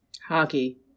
Hockey